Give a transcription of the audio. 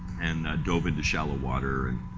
and dove in to shallow water and